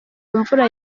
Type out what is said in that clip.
mvura